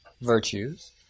virtues